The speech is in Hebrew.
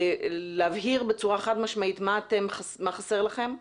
להבהיר בצורה חד משמעית מה חסר לכם.